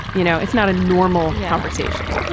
you know, it's not a normal conversation.